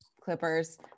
Clippers